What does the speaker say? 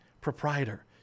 proprietor